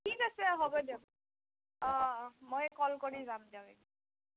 ঠিক আছে হ'ব দিয়ক অঁ অঁ মই ক'ল কৰি যাম দিয়ক এদিন